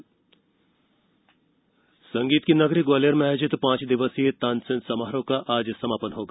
तानसेन समारोह संगीत की नगरी ग्वालियर में आयोजित पांच दिवसीय तानसेन समारोह का आज समापन होगा